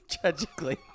Tragically